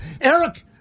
Eric